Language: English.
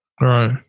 Right